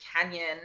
Canyon